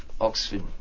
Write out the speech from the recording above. oxford